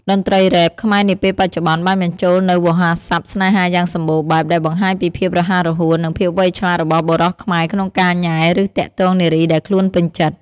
តន្ត្រីរ៉េប ខ្មែរនាពេលបច្ចុប្បន្ន បានបញ្ចូលនូវវោហារស័ព្ទស្នេហាយ៉ាងសម្បូរបែប ដែលបង្ហាញពីភាពរហ័សរហួន និងភាពវៃឆ្លាតរបស់បុរសខ្មែរក្នុងការញ៉ែ ឬទាក់ទងនារីដែលខ្លួនពេញចិត្ត។